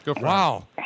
wow